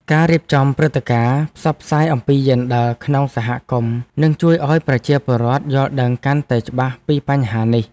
ការរៀបចំព្រឹត្តិការណ៍ផ្សព្វផ្សាយអំពីយេនឌ័រក្នុងសហគមន៍នឹងជួយឱ្យប្រជាពលរដ្ឋយល់ដឹងកាន់តែច្បាស់ពីបញ្ហានេះ។